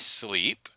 sleep